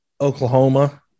Oklahoma